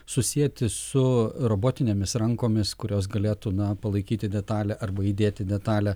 susieti su robotinėmis rankomis kurios galėtų na palaikyti detalę arba įdėti detalę